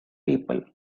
people